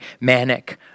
manic